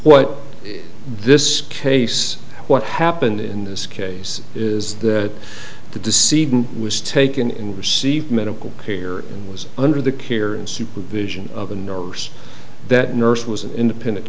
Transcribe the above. what this case what happened in this case is that the deceived was taken and receive medical care and was under the care and supervision of a nurse that nurse was an independent